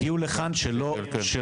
כאלה שהגיעו לכאן כתיירים.